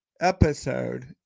episode